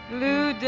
Blue